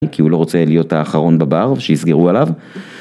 כי הוא לא רוצה להיות האחרון בבר ושיסגרו עליו.